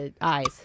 Eyes